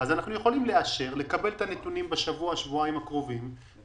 אנחנו יכולים לאשר בכפוף לכך שנקבל את הנתונים בשבוע-שבועיים הקרובים,